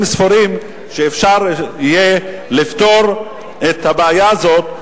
ספורים שאפשר יהיה לפתור את הבעיה הזאת,